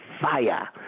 fire